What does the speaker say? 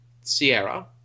Sierra